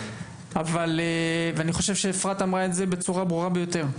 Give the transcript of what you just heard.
אני חושב שאפרת אמרה את זה בצורה הברורה ביותר.